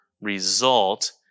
result